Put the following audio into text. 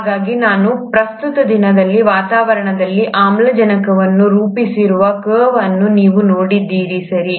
ಹಾಗಾಗಿ ನಾನು ಪ್ರಸ್ತುತ ದಿನದಲ್ಲಿ ವಾತಾವರಣದ ಆಮ್ಲಜನಕವನ್ನು ರೂಪಿಸಿರುವ ಈ ಕರ್ವ್ ಅನ್ನು ನೀವು ನೋಡಿದರೆ ಸರಿ